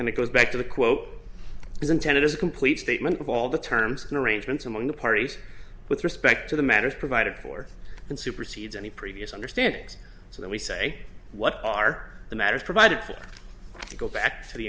and it goes back to the quote is intended as a complete statement of all the terms in arrangements among the parties with respect to the matters provided for and supersedes any previous understanding so that we say what are the matters provided for go back to the